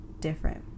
different